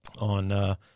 on